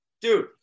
Dude